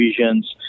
visions